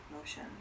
motion